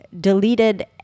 deleted